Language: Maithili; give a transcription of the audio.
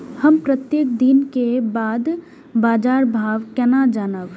हम प्रत्येक दिन के बाद बाजार भाव केना जानब?